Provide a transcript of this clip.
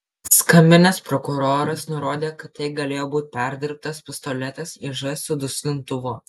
skambinęs prokuroras nurodė kad tai galėjo būti perdirbtas pistoletas iž su duslintuvu